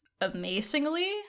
amazingly